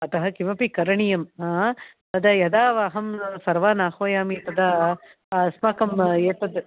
अतः किमपि करणीयं तदा यदा अहं सर्वान् आह्वयामि तदा अस्माकम् एतत्